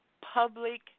public